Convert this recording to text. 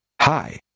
Hi